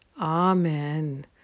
Amen